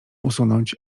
usunąć